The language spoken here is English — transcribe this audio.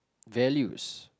values